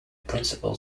principal